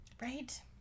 Right